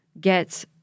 get